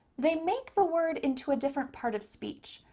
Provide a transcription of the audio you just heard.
they make the word into a different part of speech.